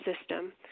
system